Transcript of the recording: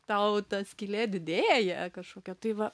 tau ta skylė didėja kažkokia tai va